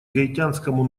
гаитянскому